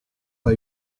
pas